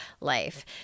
life